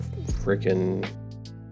freaking